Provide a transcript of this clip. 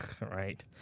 right